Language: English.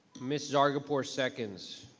ms. zargarpur seconds.